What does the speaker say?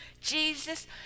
Jesus